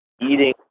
eating